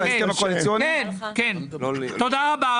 תודה רבה.